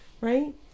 right